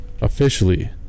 officially